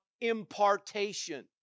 impartation